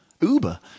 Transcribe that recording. Uber